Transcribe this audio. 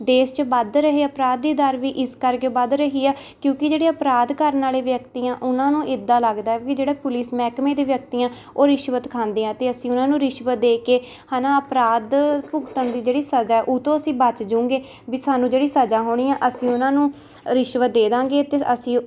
ਦੇਸ਼ 'ਚ ਵੱਧ ਰਹੇ ਅਪਰਾਧ ਦੀ ਦਰ ਵੀ ਇਸ ਕਰਕੇ ਵੱਧ ਰਹੀ ਹੈ ਕਿਉਂਕਿ ਜਿਹੜੇ ਅਪਰਾਧ ਕਰਨ ਵਾਲੇ ਵਿਅਕਤੀ ਆ ਉਹਨਾਂ ਨੂੰ ਏਦਾਂ ਲੱਗਦਾ ਵੀ ਜਿਹੜਾ ਪੁਲਿਸ ਮਹਿਕਮੇ ਦੇ ਵਿਅਕਤੀ ਹੈ ਉਹ ਰਿਸ਼ਵਤ ਖਾਂਦੇ ਆ ਅਤੇ ਅਸੀਂ ਉਹਨਾਂ ਨੂੰ ਰਿਸ਼ਵਤ ਦੇ ਕੇ ਹੈ ਨਾ ਅਪਰਾਧ ਭੁਗਤਣ ਦੀ ਜਿਹੜੀ ਸਜ਼ਾ ਉਹ ਤੋਂ ਅਸੀਂ ਬੱਚ ਜੂੰਗੇ ਵੀ ਸਾਨੂੰ ਜਿਹੜੀ ਸਜ਼ਾ ਹੋਣੀ ਆ ਅਸੀਂ ਉਹਨਾਂ ਨੂੰ ਰਿਸ਼ਵਤ ਦੇ ਦੇਵਾਂਗੇ ਅਤੇ ਅਸੀਂ ਓ